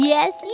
Yes